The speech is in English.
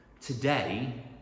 today